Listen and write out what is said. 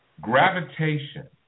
Gravitation